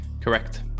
Correct